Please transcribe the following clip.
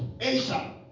Asia